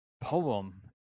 poem